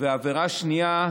ועבירה שנייה,